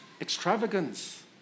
extravagance